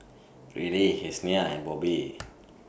Ryleigh Yessenia and Bobbi